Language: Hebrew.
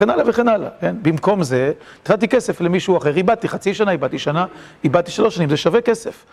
וכן הלאה וכן הלאה, כן? במקום זה, נתתי כסף למישהו אחר, איבדתי חצי שנה, איבדתי שנה, איבדתי שלוש שנים, זה שווה כסף.